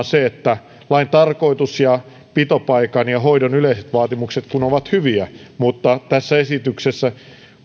se että lain tarkoitus ja pitopaikan ja hoidon yleiset vaatimukset ovat hyviä mutta tässä esityksessä